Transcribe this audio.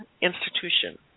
Institution